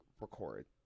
record